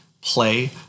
play